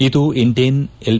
ಇದು ಇಂಡೇನ್ ಎಲ್